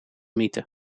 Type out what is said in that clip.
mythe